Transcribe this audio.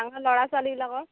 ডাঙৰ ল'ৰা ছোৱালীবিলাকৰ